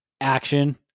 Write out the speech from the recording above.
action